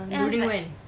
and I was like